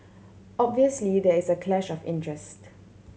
obviously there is a clash of interest